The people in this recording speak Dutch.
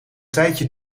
tijdje